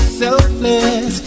selfless